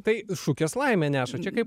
tai šukės laimę neša čia kaip